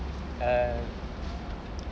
err